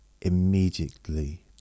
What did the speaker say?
immediately